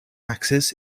axis